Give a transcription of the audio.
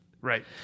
right